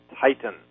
Titan